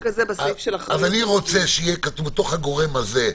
אני רוצה שיהיה כתוב במסגרת הגורם הזה,